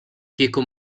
kieku